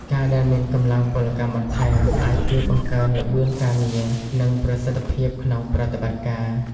ការដែលមានកម្លាំងពលកម្មបន្ថែម អាចជួយបង្កើនល្បឿនការងារ និងប្រសិទ្ធភាពក្នុងប្រតិបត្តិការ។